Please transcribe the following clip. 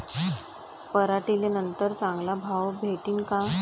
पराटीले नंतर चांगला भाव भेटीन का?